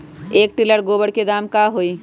एक टेलर गोबर के दाम का होई?